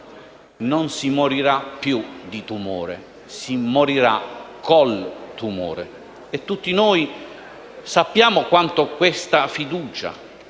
non si morirà più di tumore, si morirà con il tumore. E tutti noi sappiamo quanto questa fiducia,